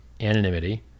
anonymity